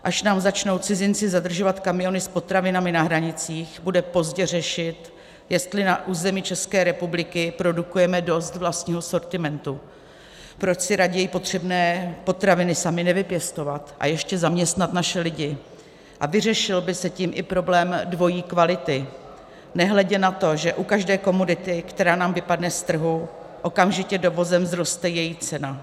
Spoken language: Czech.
Až nám začnou cizinci zadržovat kamiony s potravinami na hranicích, bude pozdě řešit, jestli na území České republiky produkujeme dost vlastního sortimentu, proč si raději potřebné potraviny sami nevypěstovat a ještě zaměstnat naše lidi, a vyřešil by se tím i problém dvojí kvality, nehledě na to, že u každé komodity, která nám vypadne z trhu, okamžitě dovozem vzroste její cena.